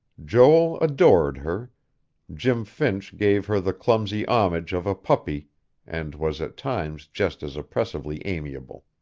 joel adored her jim finch gave her the clumsy homage of a puppy and was at times just as oppressively amiable.